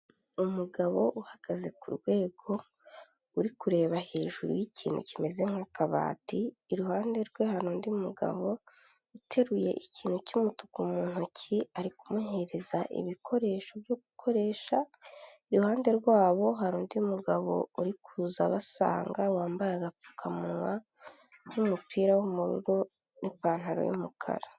Umugabo uhagaze ku rwego, uri kureba hejuru y'ikintu kimeze nk'akabati, iruhande rwe hari undi mugabo uteruye ikintu cy'umutuku mu ntoki, ari kumuhereza ibikoresho byo gukoresha, iruhande rwabo hari undi mugabo uri kuza abasanga, wambaye agapfukamunwa n'umupira w'ubururu n'ipantaro y'umukara.